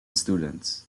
students